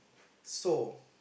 so